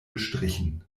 gestrichen